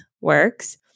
works